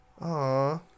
Aw